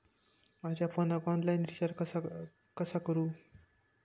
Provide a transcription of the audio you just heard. माझ्या फोनाक online recharge कसा करू?